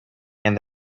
and